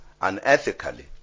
unethically